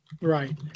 right